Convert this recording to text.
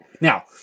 now